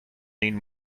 need